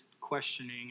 questioning